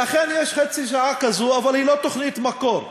ואכן יש חצי שעה כזאת, אבל היא לא תוכנית מקור.